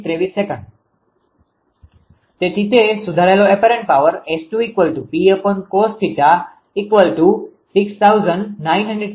તેથી તે સુધારેલો અપેરન્ટ પાવર 𝑆2 𝑃cos𝜃269420